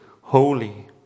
holy